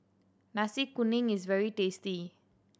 Nasi Kuning is very tasty